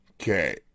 okay